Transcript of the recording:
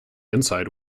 inside